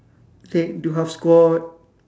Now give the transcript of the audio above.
leg do half squat